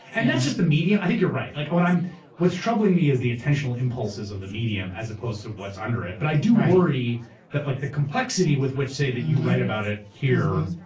and that's just the media. i think you're right. like and what's troubling me is the intentional impulses of the medium, as opposed to what's under it, but i do worry that like the complexity with which say that you write about it here,